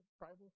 Bible